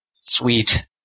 Sweet